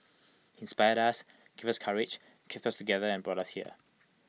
he inspired us gave us courage kept us together and brought us here